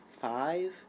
five